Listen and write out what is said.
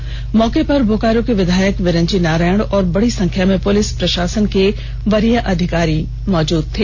इस मौके पर बोकारो के विधायक बिरंचि नारायण और बड़ी संख्या में पुलिस प्रशासन के वरीय अधिकारी गांव में मौजूद थे